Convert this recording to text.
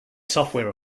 software